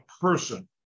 person